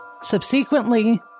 Subsequently